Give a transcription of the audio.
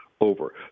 Over